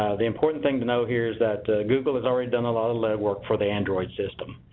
the important thing to know here is that google has already done a lot of legwork for the android system.